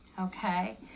okay